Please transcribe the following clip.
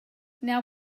now